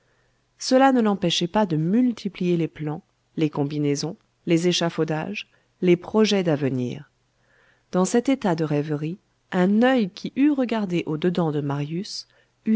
cela ne l'empêchait pas de multiplier les plans les combinaisons les échafaudages les projets d'avenir dans cet état de rêverie un oeil qui eût regardé au dedans de marius